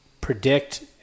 predict